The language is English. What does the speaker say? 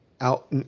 out